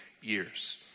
years